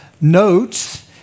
notes